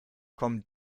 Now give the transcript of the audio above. komm